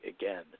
again